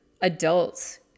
adults